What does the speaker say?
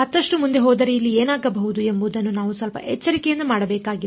ಮತ್ತಷ್ಟು ಮುಂದೆ ಹೋದರೆ ಇಲ್ಲಿ ಏನಾಗಬಹುದು ಎಂಬುದನ್ನು ನಾವು ಸ್ವಲ್ಪ ಎಚ್ಚರಿಕೆಯಿಂದ ಮಾಡಬೇಕಾಗಿದೆ